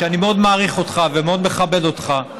שאני מאוד מעריך אותך ומאוד מכבד אותך,